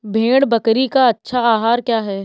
भेड़ बकरी का अच्छा आहार क्या है?